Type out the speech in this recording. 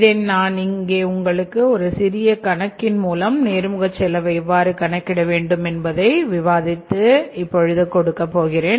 இதை நான் இங்கே உங்களுக்கு ஒரு சிறிய கணக்கின் மூலம் நேர்முக செலவை எவ்வாறு கணக்கிட வேண்டும் என்பதை விவாதிக்க இருக்கிறேன்